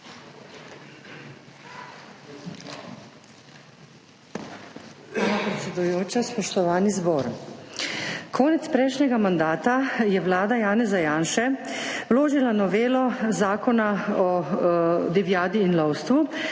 Konec prejšnjega mandata je Vlada Janeza Janše vložila novelo Zakona o divjadi in lovstvu